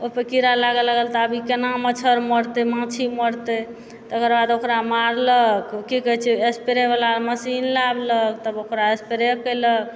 ओइपर कीड़ा लागऽ लागल तऽ आब ई केना मच्छर मरतइ माछी मरतइ तकर बाद ओकरा मारलक की कहय छियै स्प्रेवला मशीन लाबलक तब ओकरा स्प्रे कयलक